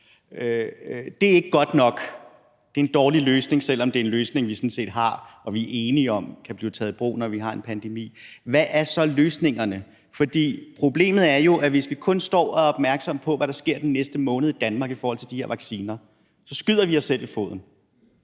WTO, er ikke god nok. Det er en dårlig løsning, selv om det er en løsning, vi sådan set har og er enige om kan blive taget i brug, når vi har en pandemi. Hvad er så løsningerne? For problemet er jo, at hvis vi kun står og er opmærksomme på, hvad der sker den næste måned i Danmark i forhold til de her vacciner, så skyder vi os selv i foden.